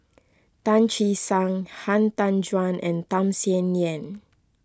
Tan Che Sang Han Tan Juan and Tham Sien Yen